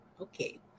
okay